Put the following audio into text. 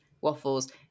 waffles